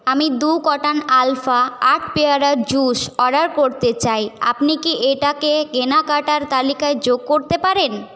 আমি দু কটান আলফা আট পেয়ারার জুস অর্ডার করতে চাই আপনি কি এটাকে কেনাকাটার তালিকায় যোগ করতে পারেন